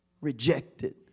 rejected